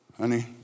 Honey